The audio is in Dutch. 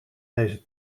deze